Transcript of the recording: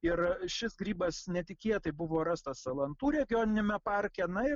ir šis grybas netikėtai buvo rastas salantų regioniniame parke na ir